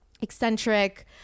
eccentric